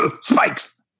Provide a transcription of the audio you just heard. spikes